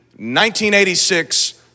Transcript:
1986